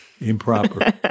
improper